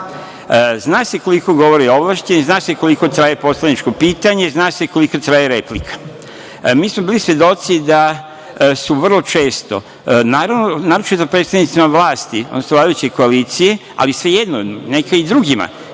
se koliko govori ovlašćeni, zna se koliko traje poslaničko pitanje, zna se koliko traje replika. Mi smo bili svedoci da su vrlo često, naročito predstavnicima vlasti, odnosno vladajućoj koaliciji, ali svejedno, neka i drugima,